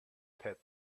pet